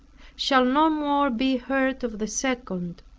shall no more be hurt of the second.